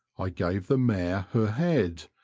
i gave the mare her head,